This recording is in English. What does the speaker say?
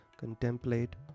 contemplate